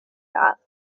ladd